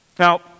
Now